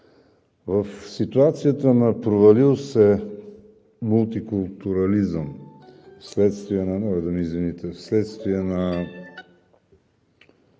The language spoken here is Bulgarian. В ситуацията на провалил се мултикултурализъм вследствие на